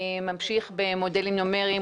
ממשיך במודלים נומריים,